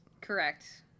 Correct